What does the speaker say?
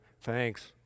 thanks